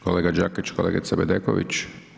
Kolega Đakić, kolega Bedeković?